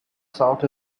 south